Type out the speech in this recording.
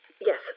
Yes